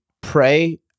pray